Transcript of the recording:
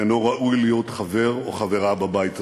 אינו ראוי להיות חבר או חברה בבית הזה.